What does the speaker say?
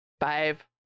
Five